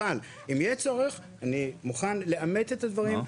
אבל אם יהיה צורך אני מוכן לאמת את הדברים,